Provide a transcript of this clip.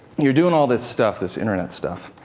you're doing all this stuff, this internet stuff,